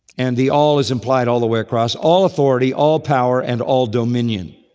and the all is implied all the way across, all authority, all power, and all dominion.